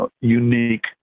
unique